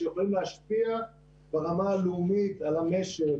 שיכולים להשפיע ברמה הלאומית על המשק,